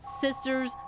sisters